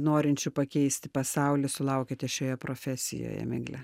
norinčių pakeisti pasaulį sulaukiate šioje profesijoje migle